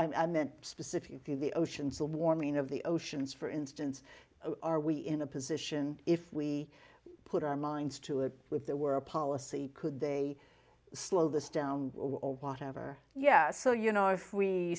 i meant specifically the oceans the warming of the oceans for instance are we in a position if we put our minds to it with the world policy could they slow this down or whatever yes so you know if we